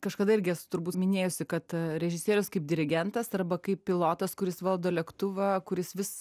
kažkada irgi esu turbūt minėjusi kad režisierius kaip dirigentas arba kaip pilotas kuris valdo lėktuvą kuris vis